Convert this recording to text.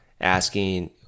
asking